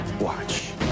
watch